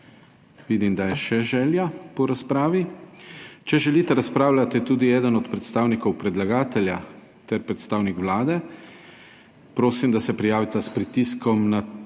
Vidim, da je še želja po razpravi. Če želita razpravljati tudi eden od predstavnikov predlagatelja ter predstavnik Vlade, prosim, da se prijavita s pritiskom na